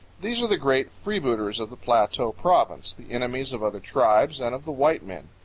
these are the great freebooters of the plateau province the enemies of other tribes and of the white men.